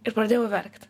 ir pradėjau verkt